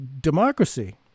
democracy